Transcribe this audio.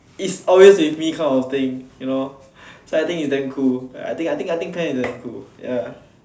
it's always with me kind of thing you know so I think it's damn cool I think I think I think pen is damn cool ya